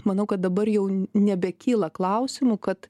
manau kad dabar jau nebekyla klausimų kad